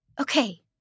Okay